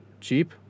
cheap